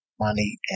money